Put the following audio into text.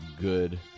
good